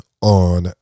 on